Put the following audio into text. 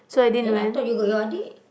eh I thought you got your adik